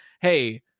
hey